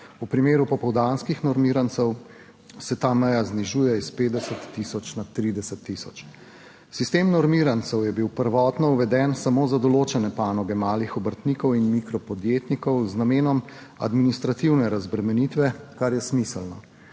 V primeru popoldanskih normirancev se ta meja znižuje s 50 tisoč na 30 tisoč. Sistem normirancev je bil prvotno uveden samo za določene panoge malih obrtnikov in mikro podjetnikov z namenom administrativne razbremenitve, kar je smiselno,